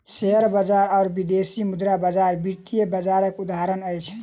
share बजार आ विदेशी मुद्रा बजार वित्तीय बजारक उदाहरण अछि